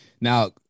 Now